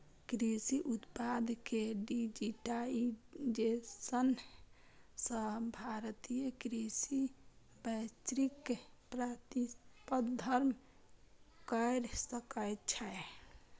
कृषि उत्पाद के डिजिटाइजेशन सं भारतीय कृषि वैश्विक प्रतिस्पर्धा कैर सकै छै